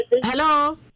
Hello